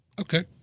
Okay